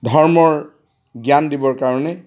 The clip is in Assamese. ধৰ্মৰ জ্ঞান দিবৰ কাৰণে